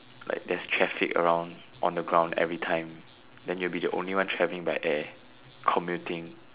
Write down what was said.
like there's traffic around on the ground every time then you'll be the only one traveling by air commuting